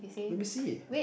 let me see